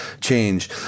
change